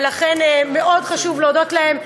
ולכן מאוד חשוב להודות להם.